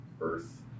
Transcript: earth